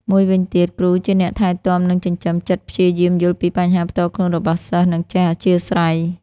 មួយវិញទៀតគ្រូជាអ្នកថែទាំនិងចិញ្ចឹមចិត្តព្យាយាមយល់ពីបញ្ហាផ្ទាល់ខ្លួនរបស់សិស្ស និងចេះអធ្យាស្រ័យ។